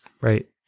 right